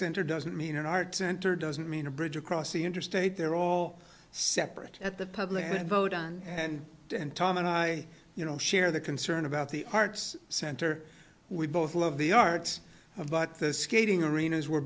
center doesn't mean an art center doesn't mean a bridge across the interstate they're all separate at the public vote on and tom and i you know share the concern about the arts center we both love the arts but the skating arena's were